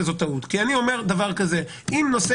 זאת טעות כי אני אומר דבר כזה: אם נושא